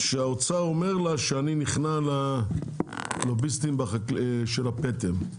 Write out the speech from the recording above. שהאוצר אומר לה שאני נכנע ללוביסטים של הפטם.